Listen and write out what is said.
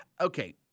Okay